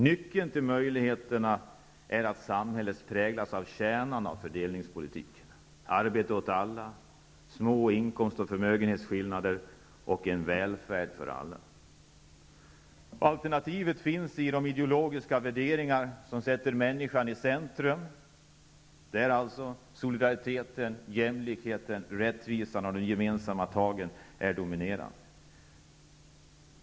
Nyckeln till möjligheterna är att samhället präglas av kärnan i fördelningspolitiken: arbete åt alla, små inkomst och förmögenhetsskillnader och en välfärd åt alla. Alternativet finns i de ideologiska värderingar som sätter människan i centrum. Solidariteten, jämlikheten, rättvisan och de gemensamma tagen måste vara dominerande.